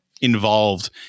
involved